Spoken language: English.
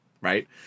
right